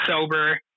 sober